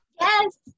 Yes